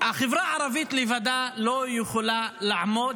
החברה הערבית לבדה לא יכולה לעמוד